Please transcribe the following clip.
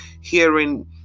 hearing